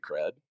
cred